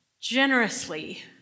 generously